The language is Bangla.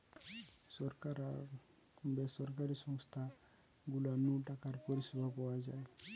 সরকার আর বেসরকারি সংস্থা গুলা নু টাকার পরিষেবা পাওয়া যায়